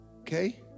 okay